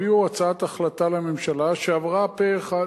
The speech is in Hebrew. הביאו לממשלה הצעת החלטה שעברה פה-אחד,